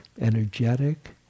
energetic